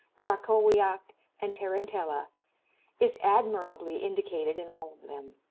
krakowiak and tarantella is admirably indicated in all of them.